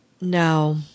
no